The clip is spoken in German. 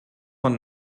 man